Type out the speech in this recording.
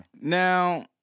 Now